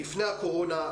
לפני הקורונה,